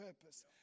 purpose